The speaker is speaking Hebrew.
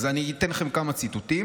אז אני אתן לכם כמה ציטוטים: